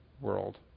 world